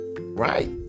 Right